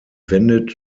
wendet